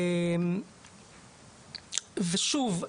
שוב,